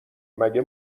مگه